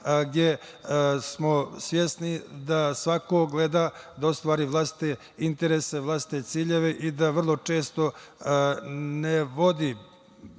gde smo svesni da svako gleda da ostvari vlastite interese, vlastite ciljeve i da vrlo često ne vodi